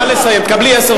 נא לסיים, תקבלי עשר שניות.